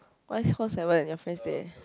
what is hall seven your friends there